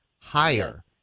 higher